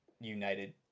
United